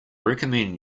recommend